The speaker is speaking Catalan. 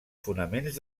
fonaments